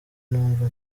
numva